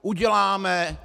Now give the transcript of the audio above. Uděláme.